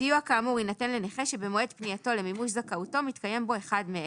סיוע כאמור יינתן לנכה שבמועד פנייתו למימוש הזכאות מתקיים אחד מאלה: